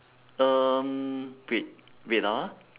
um wait wait ah